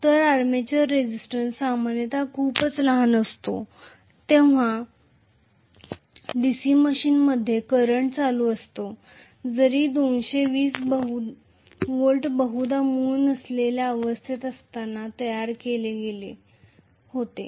तर armature resistance सामान्यत खूपच लहान असतो परंतु जेव्हा DC मशीनमध्ये करंट असतो जरी 220 V बहुधा मूळ नसलेल्या अवस्थेत असताना तयार केले गेले होते